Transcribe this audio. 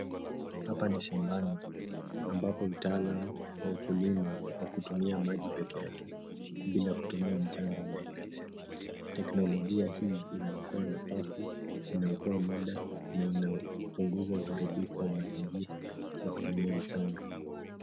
Hapa ni shambani, ambapo utaalamu wa ukulima wa kutumia maji pekeake bila kutumia mchanga unaoendelea. Teknolojia hii inaokoa nafasi, inaokoa muda, na inapunguza uharibifu wa mazingira kwa kutumia mchanga.